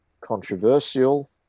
Controversial